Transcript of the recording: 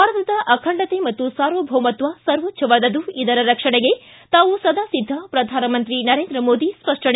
ಭಾರತದ ಅಖಂಡತೆ ಮತ್ತು ಸಾರ್ವಭೌಮತ್ವ ಸರ್ವೋಚ್ಟವಾದದ್ದು ಇದರ ರಕ್ಷಣೆಗೆ ತಾವು ಸದಾ ಸಿದ್ದ ಪ್ರಧಾನಂತ್ರಿ ನರೇಂದ್ರ ಮೋದಿ ಸ್ಪಷ್ಟನೆ